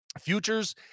futures